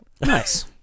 Nice